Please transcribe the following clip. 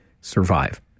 survive